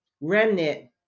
remnant